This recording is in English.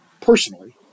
personally